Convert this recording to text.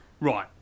Right